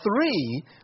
three